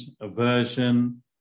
aversion